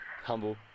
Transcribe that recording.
Humble